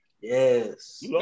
Yes